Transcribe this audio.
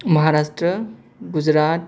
Maharashtra Gujarat